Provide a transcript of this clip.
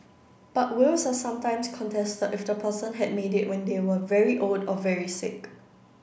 but wills are sometimes contested if the person had made it when they were very old or very sick